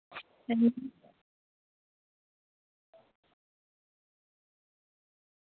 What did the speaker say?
ᱦᱩᱸ